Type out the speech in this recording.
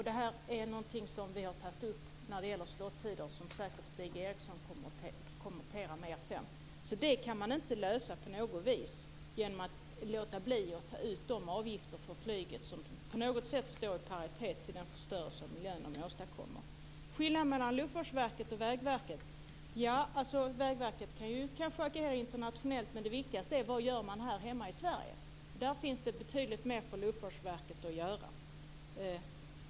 Det här är något som vi har tagit upp när det gäller slot-tider, som säkert Stig Eriksson kommenterar mer sedan. Det kan man inte lösa på något vis genom att låta bli att ta ut de avgifter på flyget som på något sätt står i paritet till den förstörelse av miljön man åstadkommer. Skillnaden mellan Luftfartsverket och Vägverket? Ja, Vägverket kan kanske agera internationellt, men det viktigaste är vad man gör här hemma i Sverige. Där finns det betydligt mer för Luftfartsverket att göra.